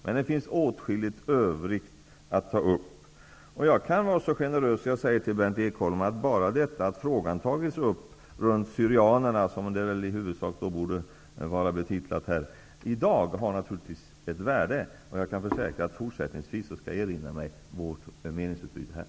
Men det finns åtskilligt övrigt att ta upp. Jag kan vara så generös att jag säger till Berndt Ekholm att bara det att frågan om syrianerna -- så borde den i huvudsak vara betitlad -- i dag tagits upp naturligtvis har ett värde. Jag kan försäkra att jag fortsättningsvis skall erinra mig vårt meningsutbyte här.